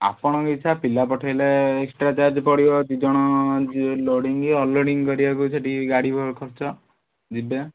ଆପଣଙ୍କ ଇଛା ପିଲା ପଠାଇଲେ ଏକ୍ସଟ୍ରା ଚାର୍ଜ ପଡ଼ିବ ଦୁଇଜଣ ଯିବେ ଲୋଡ଼ିଙ୍ଗ୍ ଅନଲୋଡ଼ିଙ୍ଗ୍ କରିବାକୁ ସେଠିକି ଗାଡ଼ି ଖର୍ଚ୍ଚ ଯିବେ